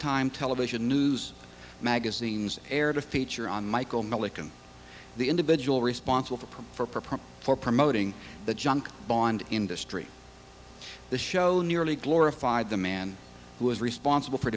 time television news magazines aired a feature on michael milliken the individual responsible for proof for print for promoting the junk bond industry the show nearly glorified the man who was responsible for